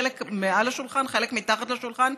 חלק מעל השולחן וחלק מתחת לשולחן,